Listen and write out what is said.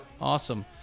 Awesome